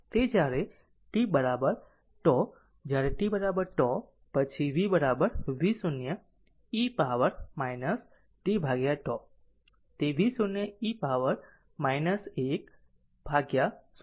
તે જ્યારે t τ જ્યારે t τ પછી v v0 ઇ હશે પાવર માટે τ τ તે v0 ઇ પાવર છે 1 જે 0